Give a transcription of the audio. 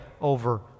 over